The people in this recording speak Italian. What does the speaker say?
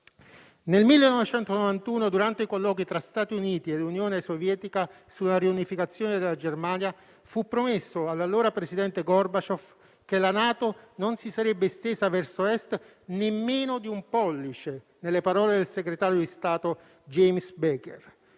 Nel 1991, durante i colloqui tra Stati Uniti e Unione Sovietica sulla riunificazione della Germania, fu promesso all'allora presidente Gorbačëv che la NATO non si sarebbe estesa verso Est nemmeno di un pollice, nelle parole del segretario di Stato James Baker.